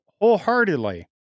wholeheartedly